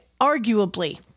arguably